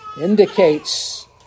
indicates